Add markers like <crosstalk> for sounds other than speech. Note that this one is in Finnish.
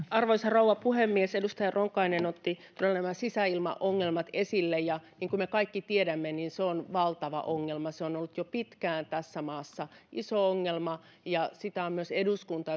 arvoisa rouva puhemies edustaja ronkainen otti todella nämä sisäilmaongelmat esille ja niin kuin me kaikki tiedämme niin se on valtava ongelma se on ollut jo pitkään tässä maassa iso ongelma ja sitä ovat myös eduskunta <unintelligible>